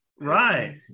Right